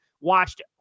watched